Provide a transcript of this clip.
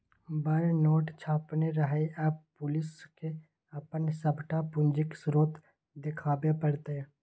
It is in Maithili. बड़ नोट छापने रहय आब पुलिसकेँ अपन सभटा पूंजीक स्रोत देखाबे पड़तै